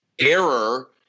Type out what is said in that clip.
error